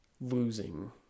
losing